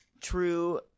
true